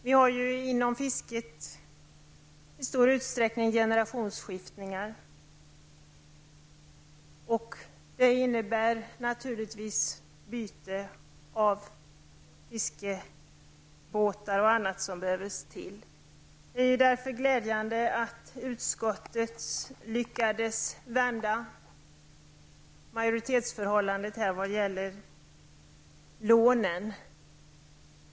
Vi har inom fisket i större utsträckning generationsskiftningar. Detta innebär naturligtvis byte av fiskebåtar osv. Det är därför glädjande att utskottet lyckades vända majoritetsförhållandet vad gäller lånen.